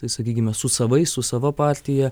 tai sakykime su savais su sava partija